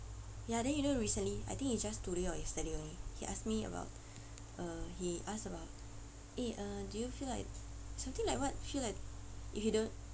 ya then you know recently I think it's just today or yesterday only he asked me about uh he asked about eh uh do you feel like something like what feel like if you don't